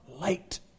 light